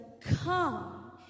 Come